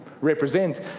represent